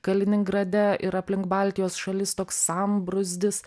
kaliningrade ir aplink baltijos šalis toks sambrūzdis